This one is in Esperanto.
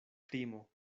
krimo